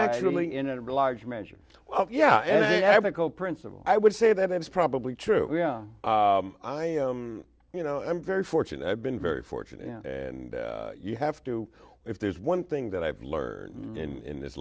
actually in a large measure yeah yeah bickel principal i would say that it's probably true yeah i you know i'm very fortunate i've been very fortunate and you have to if there's one thing that i've learned in this